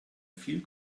viel